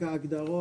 הצבעה סעיף 85(3)